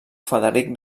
frederic